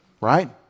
right